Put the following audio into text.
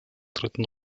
dritten